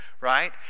right